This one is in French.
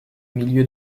milieux